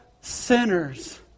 sinners